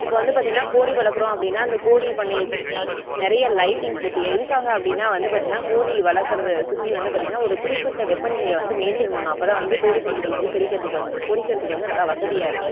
இப்போ வந்து பார்த்தீங்கன்னா கோழி வளர்க்குறோம் அப்படின்னா அந்த கோழி பண்ணையை சுற்றி நிறைய லைட்டிங் போட்டு எதுக்காக அப்படின்னா வந்து பார்த்தீன்னா கோழி வளர்க்குறத சுற்றி வந்து பார்த்தீங்ன்னா ஒரு குறிப்பிட்ட வெப்பநிலையை வந்து மெயின்டெய்ன் பண்ணனும் அப்போதான் வந்து கோழி குஞ்சுகள் வந்து பொறிக்கறதுக்கு வந்து பொறிக்கிறதுக்கு வந்து நல்லா வசதியாக இருக்கும்